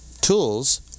tools